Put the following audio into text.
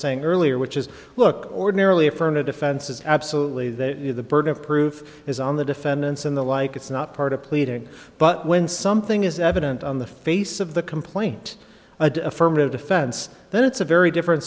saying earlier which is look ordinarily affirmative defense is absolutely the burden of proof is on the defendants and the like it's not part of pleading but when something is evident on the face of the complaint a affirmative defense then it's a very different